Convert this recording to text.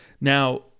Now